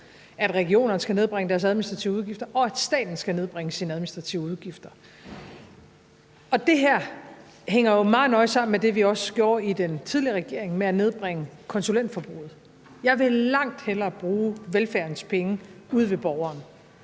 at regionerne skal nedbringe deres administrative udgifter, og at staten skal nedbringe sine administrative udgifter. Det her hænger jo meget nøje sammen med det, vi også gjorde i den tidligere regering med at nedbringe konsulentforbruget. Jeg vil langt hellere bruge velfærdspenge ude ved borgeren.